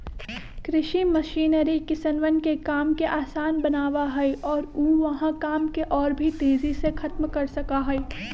कृषि मशीनरी किसनवन के काम के आसान बनावा हई और ऊ वहां काम के और भी तेजी से खत्म कर सका हई